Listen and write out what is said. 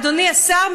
אדוני השר,